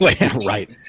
right